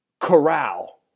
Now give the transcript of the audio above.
corral